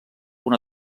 una